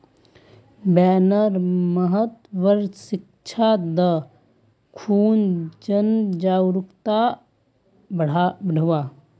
वनेर महत्वेर शिक्षा दे खूना जन जागरूकताक बढ़व्वा